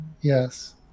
Yes